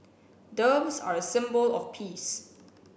doves are a symbol of peace